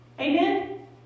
Amen